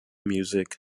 music